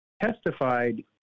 testified